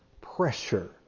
pressure